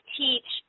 teach